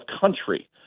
country